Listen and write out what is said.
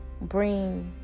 bring